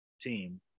team